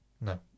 No